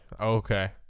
okay